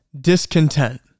discontent